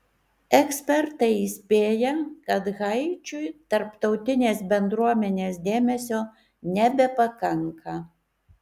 ekspertai įspėja kad haičiui tarptautinės bendruomenės dėmesio nebepakanka